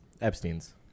Epstein's